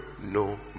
No